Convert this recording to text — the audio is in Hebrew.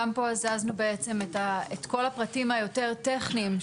גם פה הזזנו בעצם את כל הפרטים היותר טכניים,